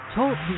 Talk